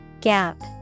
Gap